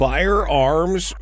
Firearms